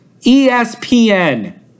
ESPN